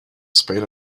spade